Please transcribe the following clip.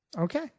okay